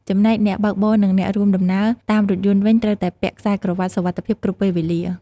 ចំណែកអ្នកបើកបរនិងអ្នករួមដំណើរតាមរថយន្តវិញ ត្រូវតែពាក់ខ្សែក្រវាត់សុវត្ថិភាពគ្រប់ពេលវេលា។